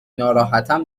ناراحتم